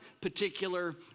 particular